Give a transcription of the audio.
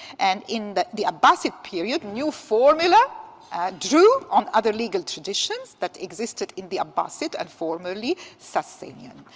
and in the the abbasid period, new formula drew on other legal traditions that existed in the abbasid and formerly sasanian.